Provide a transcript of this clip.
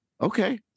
Okay